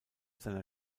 seiner